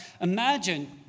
Imagine